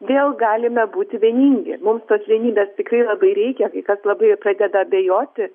vėl galime būti vieningi mums tos vienybės tikrai labai reikia kai kas labai pradeda abejoti